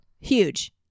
huge